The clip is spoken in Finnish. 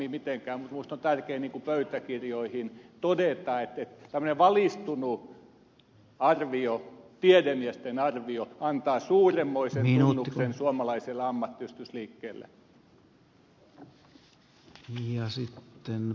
ukkolaan mitenkään mutta minusta on tärkeää pöytäkirjoihin todeta että tämmöinen valistunut tiedemiesten arvio antaa suurenmoisen tunnustuksen suomalaiselle ammattiyhdistysliikkeelle